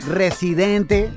residente